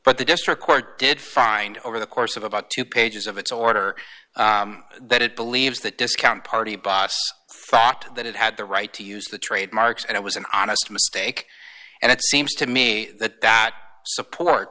but the district court did find over the course of about two pages of its order that it believes that discount party bought fact that it had the right to use the trademarks and it was an honest mistake and it seems to me that that support